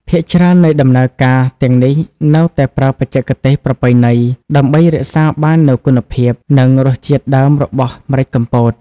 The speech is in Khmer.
ភាគច្រើននៃដំណើរការទាំងនេះនៅតែប្រើបច្ចេកទេសប្រពៃណី ដើម្បីរក្សាបាននូវគុណភាព និងរសជាតិដើមរបស់ម្រេចកំពត ។